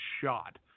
shot